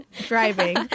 driving